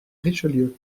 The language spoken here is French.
richelieu